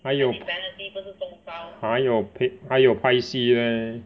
还有还有还有拍戏 leh